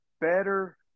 better